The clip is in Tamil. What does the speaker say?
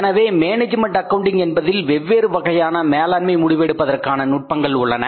எனவே மேனேஜ்மெண்ட் அக்கவுண்டிங் என்பதில் வெவ்வேறு வகையான மேலாண்மை முடிவு எடுப்பதற்கான நுட்பங்கள் உள்ளன